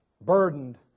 burdened